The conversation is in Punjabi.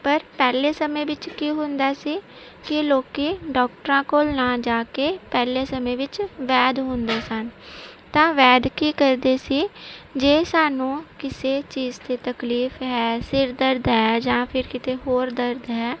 ਪਰ ਪਹਿਲੇ ਸਮੇਂ ਵਿੱਚ ਕੀ ਹੁੰਦਾ ਸੀ ਕਿ ਲੋਕ ਡਾਕਟਰਾਂ ਕੋਲ ਨਾ ਜਾ ਕੇ ਪਹਿਲੇ ਸਮੇਂ ਵਿੱਚ ਵੈਦ ਹੁੰਦੇ ਸਨ ਤਾਂ ਵੈਦ ਕੀ ਕਰਦੇ ਸੀ ਜੇ ਸਾਨੂੰ ਕਿਸੇ ਚੀਜ਼ ਦੀ ਤਕਲੀਫ ਹੈ ਸਿਰ ਦਰਦ ਹੈ ਜਾਂ ਫਿਰ ਕਿਤੇ ਹੋਰ ਦਰਦ ਹੈ